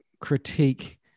critique